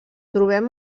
trobem